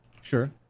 Sure